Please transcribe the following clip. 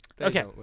Okay